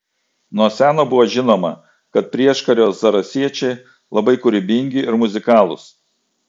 nuo seno buvo žinoma kad prieškario zarasiečiai labai kūrybingi ir muzikalūs